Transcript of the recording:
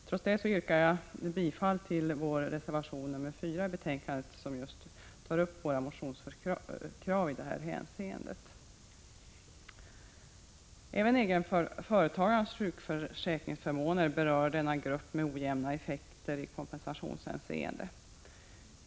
Trots det yrkar jag bifall till reservation 4, som just tar upp våra motionskrav i detta hänseende. Även egenföretagarnas sjukförsäkringsförmåner berör denna grupp med ojämna effekter i kompensationshänseende.